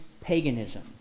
paganism